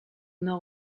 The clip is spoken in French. nord